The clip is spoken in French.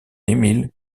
emil